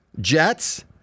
Jets